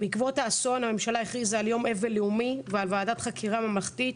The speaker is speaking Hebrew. בעקבות האסון הממשלה הכריזה על יום אבל לאומי ועל ועדת חקירה ממלכתית